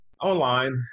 Online